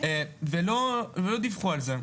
ולא דיווחו על זה.